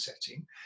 setting